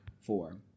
four